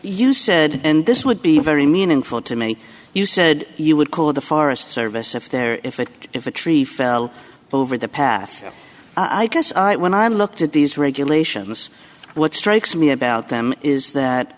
you said and this would be very meaningful to me you said you would call the forest service if there if it if a tree fell over the path i guess when i looked at these regulations what strikes me about them is that